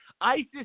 ISIS